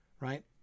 right